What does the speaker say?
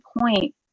point